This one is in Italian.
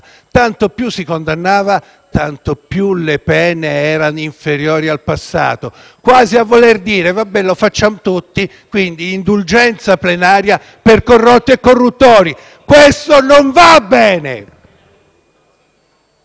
tanto più le pene erano inferiori al passato, quasi a voler dire: «Vabbè, lo facciamo tutti, quindi indulgenza plenaria per corrotti e corruttori». Questo non va